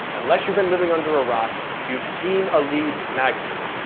unless you've been living under a rock, you've seen a lead magnet.